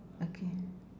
okay